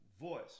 voice